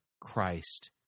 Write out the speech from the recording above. Christ